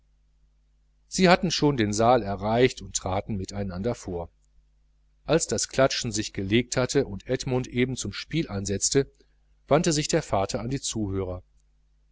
sie hatten schon den saal erreicht und traten miteinander vor als das klatschen sich gelegt hatte und edmund eben zum spiel ansetzte wandte sich der vater an das